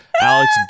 Alex